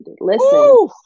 Listen